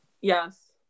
yes